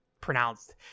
pronounced